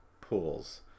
pools